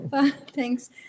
Thanks